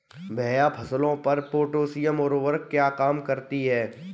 भैया फसलों पर पोटैशियम उर्वरक क्या काम करती है?